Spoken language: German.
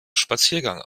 spaziergang